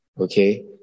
okay